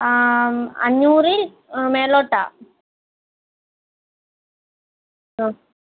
അഞ്ഞൂറിന് മേളിലോട്ടാ അ